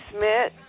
Smith